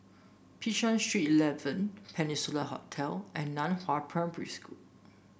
Bishan Street Eleven Peninsula Hotel and Nan Hua Primary School